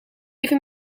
even